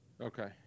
Okay